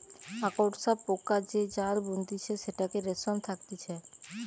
মাকড়সা পোকা যে জাল বুনতিছে সেটাতে রেশম থাকতিছে